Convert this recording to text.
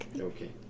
Okay